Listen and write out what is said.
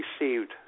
received